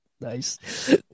Nice